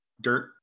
dirt